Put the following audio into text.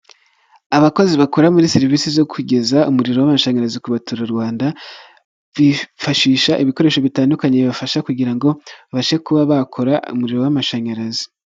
Abakozi bakora muri serivisi zo kugeza umuriro w'amashanyarazi ku baturarwanda, bifashisha ibikoresho bitandukanye bibafasha kugira ngo babashe kuba bakora umuriro w'amashanyarazi.